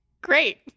Great